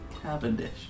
Cavendish